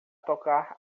tocar